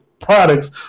products